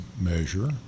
measure